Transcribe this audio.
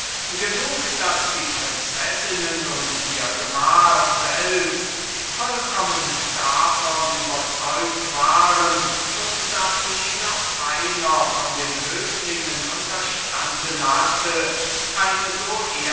genug daß die prinzessinnen und was noch mehr ist ihr gemahl vollkommen davon überzeugt waren und daß sich noch keiner von den höflingen unterstanden hatte eine so